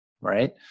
Right